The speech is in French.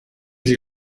j’ai